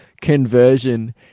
conversion